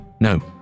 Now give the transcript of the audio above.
No